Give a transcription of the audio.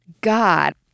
God